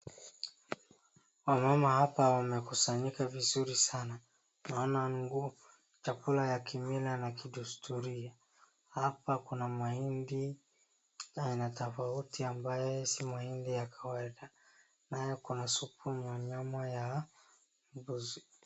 Wamama hapa wamekusanyika vizuri sana. tunaona chakula ya kimila na kidestulia. Hapa kuna mahindi yana tofauti ambaye si mahindi ya kawaida naye kuna supu ya nyama ya mbuzi.